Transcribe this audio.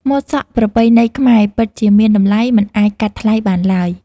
ម៉ូតសក់ប្រពៃណីខ្មែរពិតជាមានតម្លៃមិនអាចកាត់ថ្លៃបានឡើយ។